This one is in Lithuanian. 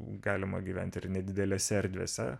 galima gyventi ir nedidelėse erdvėse